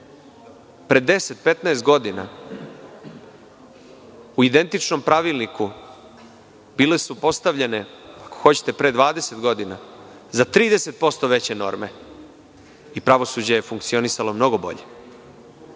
pre 10, 15 godina, u identičnom pravilniku bile su postavljene, ako hoćete pre 20 godina, za 30% veće norme i pravosuđe je funkcionisalo mnogo bolje.